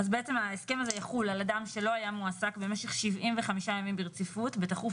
ההסכם יחול על אדם שלא היה מועסק במשך 75 ימים ברציפות בתכוף